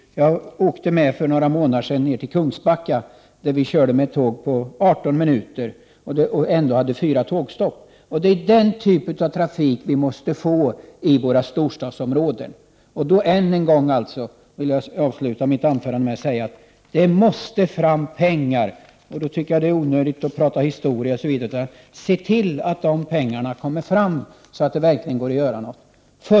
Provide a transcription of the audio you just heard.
Jag åkte för några månader sedan med ett tåg från Göteborg till Kungsbacka. Det tog 18 minuter, och ändå gjorde vi fyra tågstopp. Det är den typen av trafik vi måste få i våra storstadsområden. Jag vill avsluta mitt anförande med att än en gång slå fast att vi måste få fram pengar. Jag tycker att det är onödigt att ägna sig åt historia. Se till att pengarna kommer fram, så att det verkligen går att göra någonting.